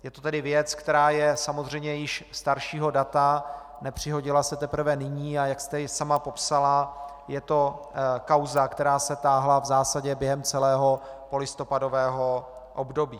Je to tedy věc, která je samozřejmě již staršího data, nepřihodila se teprve nyní, a jak jste ji sama popsala, je to kauza, která se táhla v zásadě během celého polistopadového období.